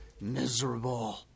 miserable